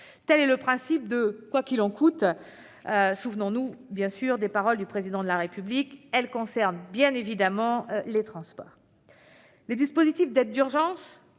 au principe du « quoi qu'il en coûte ». Souvenons-nous des paroles du Président de la République, qui concernent évidemment les transports. Les dispositifs d'aide d'urgence,